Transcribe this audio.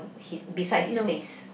his beside his face